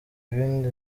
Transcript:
ibindi